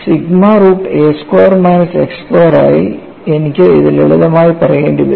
sigma root a square minus x square ആയി എനിക്ക് ഇത് ലളിതമായി പറയേണ്ടി വരും